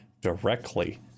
directly